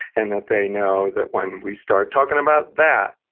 and that they know that when we start talking about that,